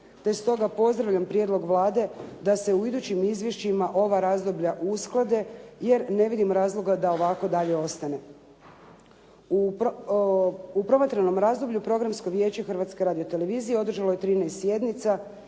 te stoga pozdravljam prijedlog Vlade da se u idućim izvješćima ova razdoblja usklade jer ne vidim razloga da ovako dalje ostane. U promatranom razdoblju Programsko vijeće Hrvatske radiotelevizije održalo je 13 sjednica